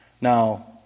Now